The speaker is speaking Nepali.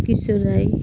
किशोर राई